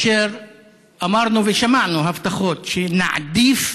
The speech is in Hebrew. ואמרנו, ושמענו הבטחות שנעדיף